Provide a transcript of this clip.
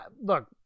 Look